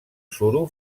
suro